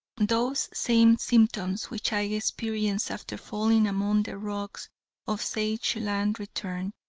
those same symptoms which i experienced after falling among the rocks of sageland returned.